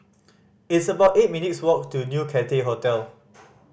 it's about eight minutes' walk to New Cathay Hotel